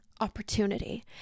opportunity